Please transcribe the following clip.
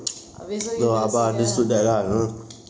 habis so you just say that ah